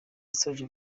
yasoje